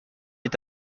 est